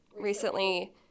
recently